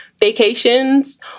vacations